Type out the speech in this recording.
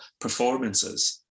performances